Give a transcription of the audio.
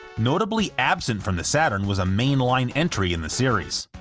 notably absent from the saturn was a mainline entry in the series.